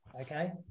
okay